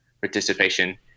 participation